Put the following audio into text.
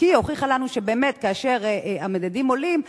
העסקי הוכיחה לנו שבאמת כאשר המדדים עולים,